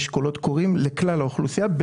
יש קולות קוראים לכלל האוכלוסייה.